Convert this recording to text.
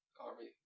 army